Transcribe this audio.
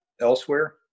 elsewhere